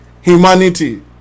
humanity